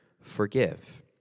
forgive